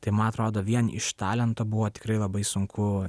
tai man atrodo vien iš talento buvo tikrai labai sunku